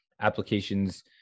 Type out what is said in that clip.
applications